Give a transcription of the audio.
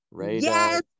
Yes